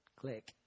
Click